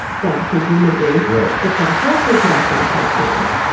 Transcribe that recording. then presumably right if done correctly, could also help humans.